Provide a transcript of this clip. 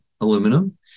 aluminum